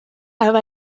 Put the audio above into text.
have